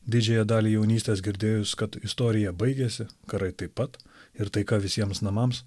didžiąją dalį jaunystės girdėjus kad istorija baigėsi karai taip pat ir taika visiems namams